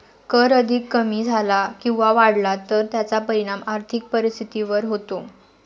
कर अधिक कमी झाला किंवा वाढला तर त्याचा परिणाम आर्थिक परिस्थितीवर होतो